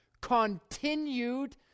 continued